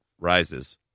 Rises